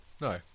No